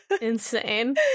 Insane